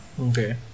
okay